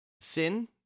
Sin